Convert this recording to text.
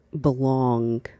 belong